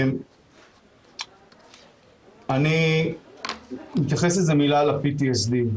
אני אתייחס במילה ל-PTSD,